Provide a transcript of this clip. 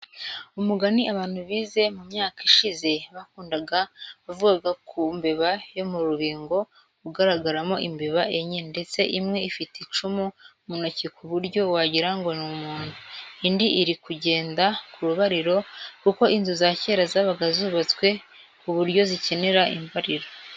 Umugani abantu bize mu myaka ishize bakundaga wavugaga ku mbeba yo mu rubingo, ugaragaramo imbeba enye ndetse imwe ifite icumu mu ntoki ku buryo wagira ngo ni umuntu, indi iri kugenda ku rubariro kuko inzu za kera zabaga zubatswe ku buryo zikenera imbariro.